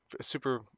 super